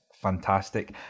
fantastic